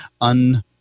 un